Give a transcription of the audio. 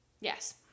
yes